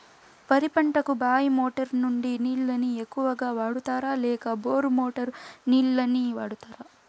వరి పంటకు బాయి మోటారు నుండి నీళ్ళని ఎక్కువగా వాడుతారా లేక బోరు మోటారు నీళ్ళని వాడుతారా?